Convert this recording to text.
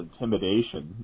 Intimidation